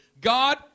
God